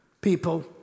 people